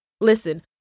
listen